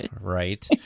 right